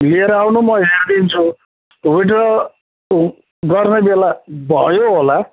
लिएर आउनु म हेरिदिन्छु विड्र गर्ने बेला भयो होला